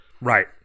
Right